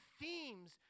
themes